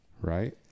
Right